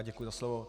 Děkuji za slovo.